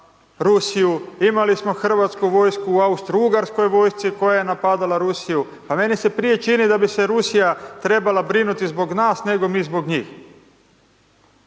imali smo Hrvatsku vojsku u Austrougarskoj vojsci koja je napadala Rusiju, a meni se prije čini da bi se Rusija trebala brinuti zbog nas, nego mi zbog njih.